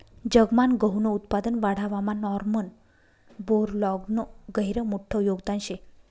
जगमान गहूनं उत्पादन वाढावामा नॉर्मन बोरलॉगनं गहिरं मोठं योगदान शे